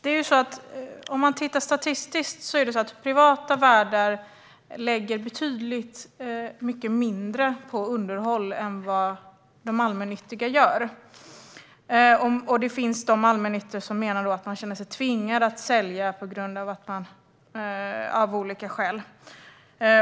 I statistiken ser vi att privata värdar lägger betydligt mindre på underhåll än vad de allmännyttiga gör, och det finns de allmännyttiga värdar som då menar att de känner sig tvingade att sälja av olika skäl.